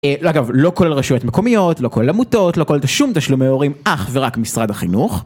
אגב, לא כולל רשויות מקומיות, לא כולל עמותות, לא כולל שום תשלומי הורים, אך ורק משרד החינוך...